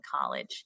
college